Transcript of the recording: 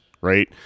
right